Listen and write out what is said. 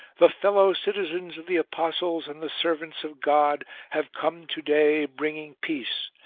the fellow-citizens of the apostles and the servants of god have come to-day bringing peace,